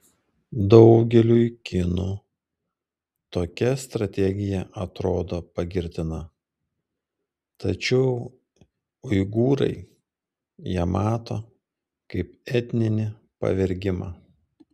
daugeliui kinų tokia strategija atrodo pagirtina tačiau uigūrai ją mato kaip etninį pavergimą